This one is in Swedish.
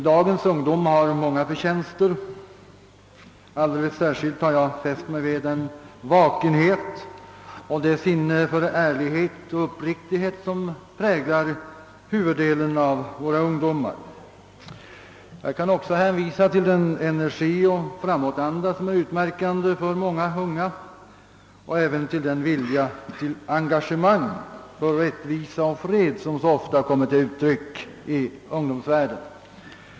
Dagens ungdom har många förtjänster. Alldeles särskilt har jag fäst mig vid det sinne för ärlighet och uppriktighet som präglar huvuddelen av våra ungdomar. Jag kan också hänvisa till den energi och den framåtanda som är utmärkande för många unga och även till den vilja till engagemang för rättvisa och fred som normer samt ungdomskriminalitet så ofta kommer till uttryck i ungdomsvärlden.